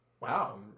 Wow